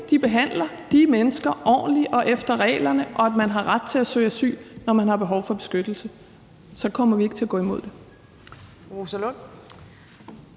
de behandler de mennesker ordentligt og efter reglerne, og at man har ret til at søge asyl, når man har behov for beskyttelse, så kommer vi ikke til at gå imod det.